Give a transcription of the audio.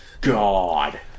God